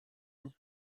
mais